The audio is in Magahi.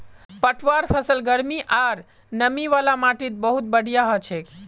पटवार फसल गर्मी आर नमी वाला माटीत बहुत बढ़िया हछेक